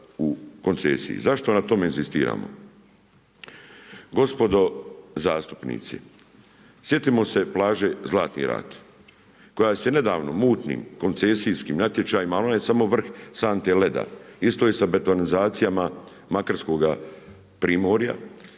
u koncesiji. Zašto na tome inzistiramo? Gospođo zastupnici, sjetimo se plaže Žlatni rat koja se nedavno mutnim, koncesijskim natječajima, ali ona je samo vrh sante lega, isto je i sa betonizacijama Makarskoga primorja,